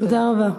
תודה רבה.